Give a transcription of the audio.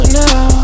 now